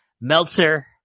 Meltzer